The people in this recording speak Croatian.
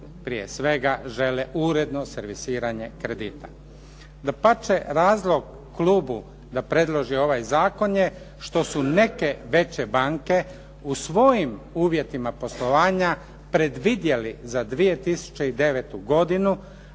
prije svega žele uredno servisiranje kredita. Dapače, razlog klubu da predloži ovaj zakon je što su neke veće banke u svojim uvjetima poslovanja predvidjeli za 2009. godinu